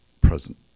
present